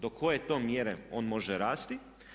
Do koje to mjere on može rasti.